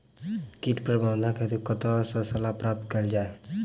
कीट प्रबंधन हेतु कतह सऽ सलाह प्राप्त कैल जाय?